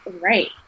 right